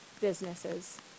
businesses